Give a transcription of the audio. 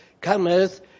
cometh